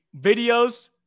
videos